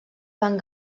van